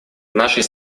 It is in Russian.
нашей